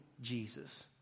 Jesus